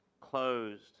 closed